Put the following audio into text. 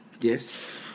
Yes